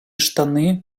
штани